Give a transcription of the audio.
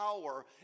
power